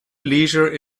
leisure